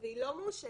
והיא לא מאושרת.